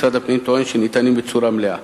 משרד הפנים טוען שניתנים בצורה מלאה.